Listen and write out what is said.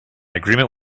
agreement